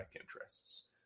interests